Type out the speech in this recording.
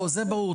זה ברור.